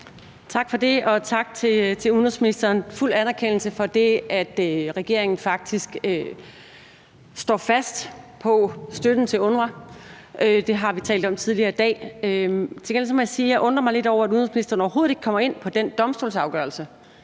Tak for det, og tak til udenrigsministeren. Jeg anerkender fuldt ud, at regeringen faktisk står fast på støtten til UNRWA. Det har vi talt om tidligere i dag. Til gengæld vil jeg sige, at jeg undrer mig lidt over, at udenrigsministeren overhovedet ikke kommer ind på den domstolsafgørelse.